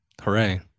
hooray